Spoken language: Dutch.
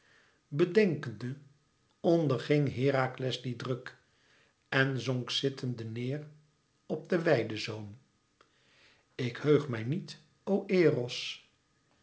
bedenkende onderging herakles dien druk en zonk zittende neêr op den weidezoom ik heug mij niet o eros